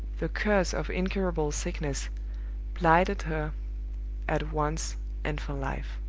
the curse of incurable sickness blighted her at once and for life.